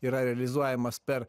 yra realizuojamas per